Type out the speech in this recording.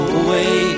away